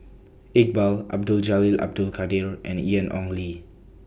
Iqbal Abdul Jalil Abdul Kadir and Ian Ong Li